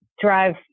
drive